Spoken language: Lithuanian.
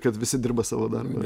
kad visi dirba savo darbą